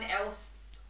else